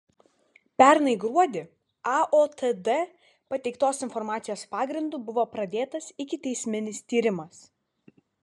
pernai gruodį aotd pateiktos informacijos pagrindu buvo pradėtas ikiteisminis tyrimas